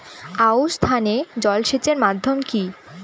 আউশ ধান এ জলসেচের মাধ্যম কি?